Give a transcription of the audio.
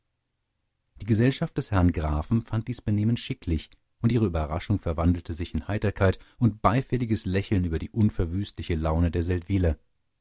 die gesellschaft des herrn grafen fand dies benehmen schicklich und ihre überraschung verwandelte sich in heiterkeit und beifälliges lächeln über die unverwüstliche laune der